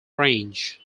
range